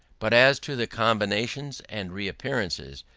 but as to their combinations and reappearances,